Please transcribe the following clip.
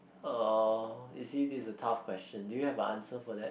(uh)you see this is a tough question do you have an answer for that